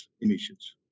emissions